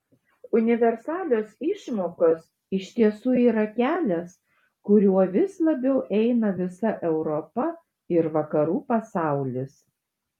universalios išmokos iš tiesų yra kelias kuriuo vis labiau eina visa europa ir vakarų pasaulis